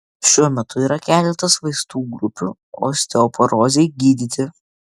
šiuo metu yra keletas vaistų grupių osteoporozei gydyti